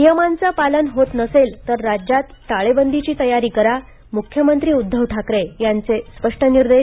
नियमांचं पालन होत नसेलं तर राज्यात टाळेबंदीची तयारी करा मुख्यमंत्री उद्धव ठकारे यांचे स्पष्ट निर्देश